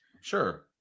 sure